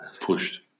pushed